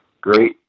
great